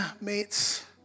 mates